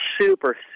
Super